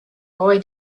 boy